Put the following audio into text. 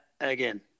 again